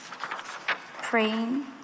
Praying